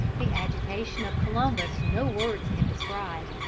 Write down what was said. the agitation of columbus no words can describe.